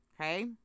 Okay